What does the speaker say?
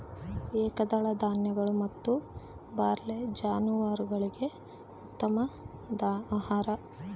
ಏಕದಳ ಧಾನ್ಯಗಳು ಮತ್ತು ಬಾರ್ಲಿ ಜಾನುವಾರುಗುಳ್ಗೆ ಉತ್ತಮ ಆಹಾರ